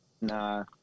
Nah